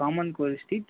ராமன் கோயில் ஸ்ட்ரீட்